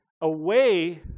away